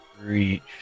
reach